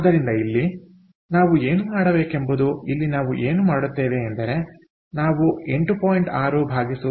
ಆದ್ದರಿಂದ ಇಲ್ಲಿ ನಾವು ಏನು ಮಾಡಬೇಕೆಂಬುದು ಇಲ್ಲಿ ನಾವು ಏನು ಮಾಡುತ್ತೇವೆ ಎಂದರೆನಾವು 8